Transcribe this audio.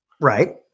Right